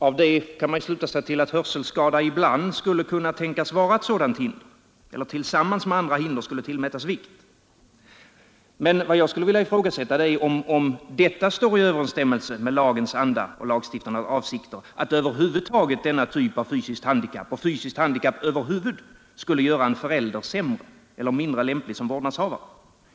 Av detta kan man sluta sig till att hörselskada ibland skulle kunna tänkas vara ett sådant hinder eller att den tillsammans med andra hinder skulle tillmätas vikt. Vad jag skulle vilja ifrågasätta är om det står i överensstämmelse med lagens anda och lagstiftarnas avsikter att denna typ av fysiskt handikapp och handikapp över huvud skulle göra en förälder sämre eller mindre lämplig som vårdnadshavare.